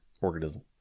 organism